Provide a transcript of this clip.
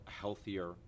healthier